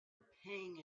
pang